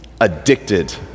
addicted